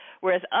Whereas